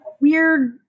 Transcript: weird